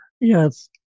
Yes